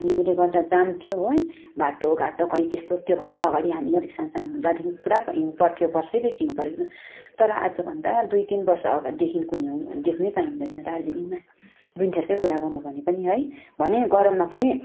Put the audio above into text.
हिउँले गर्दा जाम थियो है बाटो घाटो कहीँ त्यस्तो त्योभन्दा अगाडि हामी अलिक सान सानो हुँदादेखिन् पुरा हिउँ पर्थ्यो बर्षैपिच्छे हिउँ परे तर आजभन्दा दुई तिन बर्ष अगाडिदेखिको हिउँ देख्नै पाइँदैन दार्जिलिङमा विन्टरकै कुरा गर्नु हो भने पनि है भने गरममा पनि